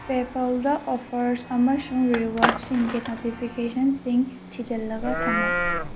ꯄꯦꯄꯥꯜꯗ offers ꯑꯃꯁꯨꯡ ꯔꯤꯋꯥꯔꯠꯁꯤꯡꯒꯤ ꯅꯣꯇꯤꯐꯤꯀꯦꯁꯟꯁꯤꯡ ꯊꯤꯖꯤꯜꯂꯒ ꯊꯝꯃꯨ